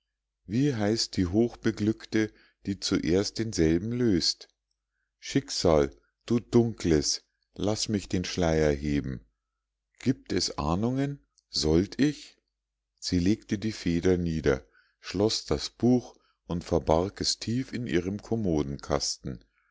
wie heißt die hochbeglückte die zuerst denselben löst schicksal du dunkles laß mich den schleier heben giebt es ahnungen sollt ich sie legte die feder nieder schloß das buch und verbarg es tief in ihrem